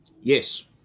Yes